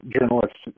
journalists